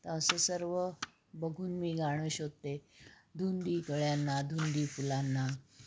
तर असं सर्व बघून मी गाणं शोधते धुंदी कळ्यांना धुंदी फुलांना